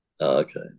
Okay